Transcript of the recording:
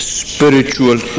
spiritual